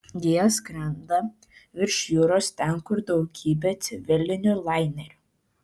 jie skrenda virš jūros ten kur daugybė civilinių lainerių